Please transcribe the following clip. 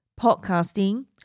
podcasting